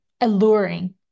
alluring